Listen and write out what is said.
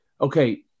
okay